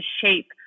shape